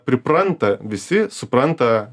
pripranta visi supranta